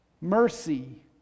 mercy